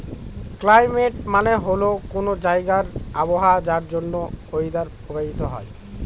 climate মানে হল কোনো জায়গার আবহাওয়া যার জন্য ওয়েদার প্রভাবিত হয়